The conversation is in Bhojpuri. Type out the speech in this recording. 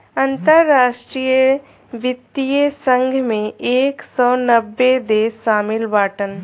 अंतरराष्ट्रीय वित्तीय संघ मे एक सौ नब्बे देस शामिल बाटन